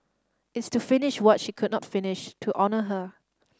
it's to finish what she could not finish to honour her